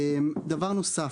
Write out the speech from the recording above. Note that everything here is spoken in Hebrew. דבר נוסף,